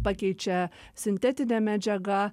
pakeičia sintetinė medžiaga